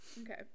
Okay